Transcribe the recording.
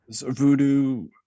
voodoo